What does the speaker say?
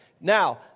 Now